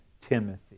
Timothy